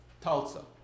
Tulsa